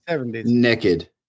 Naked